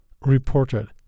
reported